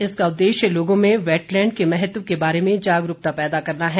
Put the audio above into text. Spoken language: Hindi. इसका उद्देश्य लोगों में वैटलैंड के महत्व के बारे में जागरूकता पैदा करना है